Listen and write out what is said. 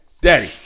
Daddy